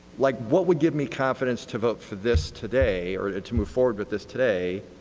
like what would give me confidence to vote for this today, or to move forward with this today